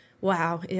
wow